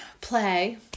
play